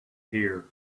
here